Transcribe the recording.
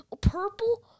Purple